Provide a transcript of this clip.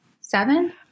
Seven